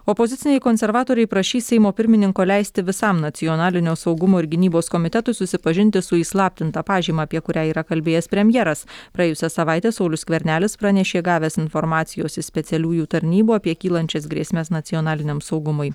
opoziciniai konservatoriai prašys seimo pirmininko leisti visam nacionalinio saugumo ir gynybos komitetui susipažinti su įslaptinta pažyma apie kurią yra kalbėjęs premjeras praėjusią savaitę saulius skvernelis pranešė gavęs informacijos iš specialiųjų tarnybų apie kylančias grėsmes nacionaliniam saugumui